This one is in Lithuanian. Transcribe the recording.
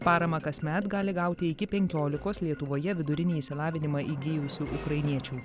paramą kasmet gali gauti iki penkiolikos lietuvoje vidurinį išsilavinimą įgijusių ukrainiečių